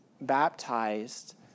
baptized